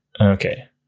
Okay